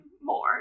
more